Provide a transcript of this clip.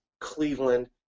Cleveland